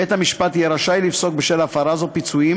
בית-המשפט יהיה רשאי לפסוק בשל הפרה זו פיצויים